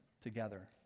together